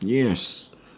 yes